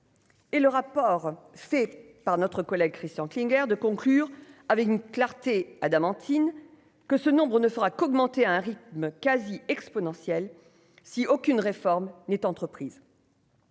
Et le rapport fait par notre collègue Christian Klinger de conclure avec une clarté Adam Antin que ce nombre ne fera qu'augmenter à un rythme quasi exponentielle, si aucune réforme n'est entreprise.